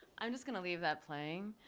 i'm just gonna leave that playing